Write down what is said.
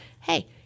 hey